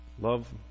love